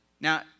now